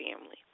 family